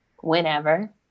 whenever